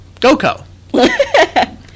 GOKO